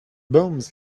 bombs